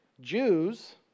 Jews